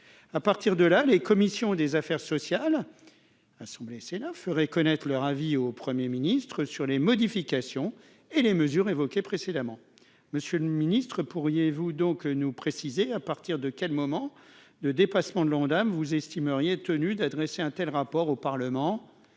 à partir de là, les commissions des Affaires sociales, Assemblée, Sénat ferait connaître leur avis au Premier Ministre sur les modifications et les mesures évoquées précédemment, monsieur le Ministre, pourriez-vous donc nous préciser à partir de quel moment de dépassement de l'Ondam vous estime rien tenu d'adresser un tel rapport au Parlement